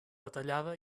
detallada